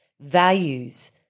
values